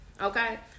Okay